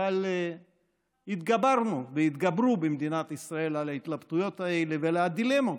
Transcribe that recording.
אבל התגברנו והתגברו במדינת ישראל על ההתלבטויות האלה ועל הדילמות,